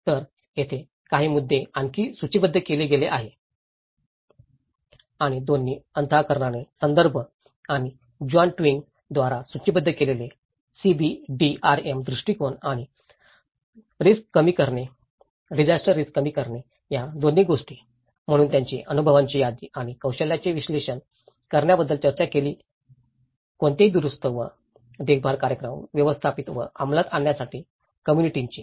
तर येथे काही मुद्दे खाली सूचीबद्ध केले गेले आहेत आणि दोन्ही अंतःकरणाचे संदर्भ आणि जॉन ट्विग द्वारा सूचीबद्ध केलेले CBDRM दृष्टिकोन आणि डिजास्टर रिस्क कमी करणे या दोन्ही गोष्टी म्हणून त्यांनी अनुभवांची यादी आणि कौशल्यांचे विश्लेषण करण्याबद्दल चर्चा केली कोणताही दुरुस्ती व देखभाल कार्यक्रम व्यवस्थापित व अंमलात आणण्यासाठी कम्म्युनिटीाचे